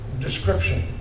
description